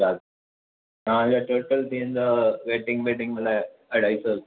अछा तव्हांजा टोटल थींदो वेटिंग ॿेटिंग मिलाइ अढाई सौ रुपिया